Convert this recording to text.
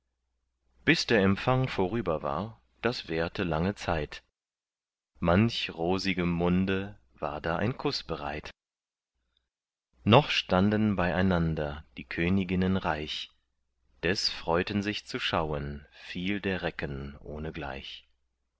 bis der empfang vorüber war das währte lange zeit manch rosigem munde war da ein kuß bereit noch standen beieinander die königinnen reich des freuten sich zu schauen viel der recken